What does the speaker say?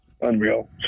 Unreal